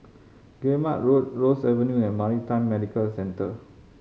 Guillemard Road Ross Avenue and Maritime Medical Centre